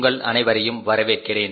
உங்கள் அனைவரையும் வரவேற்கிறேன்